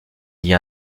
dit